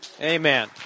Amen